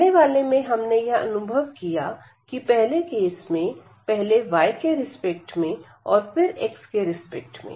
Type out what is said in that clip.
पहले वाले में हमने यह अनुभव किया कि पहले केस में पहले y के रिस्पेक्ट में और फिर x के रिस्पेक्ट में